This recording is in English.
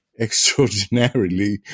extraordinarily